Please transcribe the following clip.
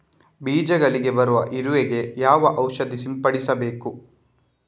ಬೀಜಗಳಿಗೆ ಬರುವ ಇರುವೆ ಗೆ ಯಾವ ಔಷಧ ಸಿಂಪಡಿಸಬೇಕು?